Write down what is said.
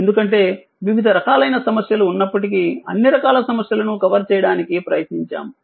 ఎందుకంటే వివిధ రకాలైన సమస్యలు ఉన్నప్పటికీ అన్ని రకాల సమస్యలను కవర్ చేయడానికి ప్రయత్నించాము